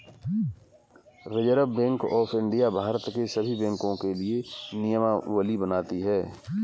reserve Bank of India Bharat के सभी बैंकों के लिए नियमावली बनाती है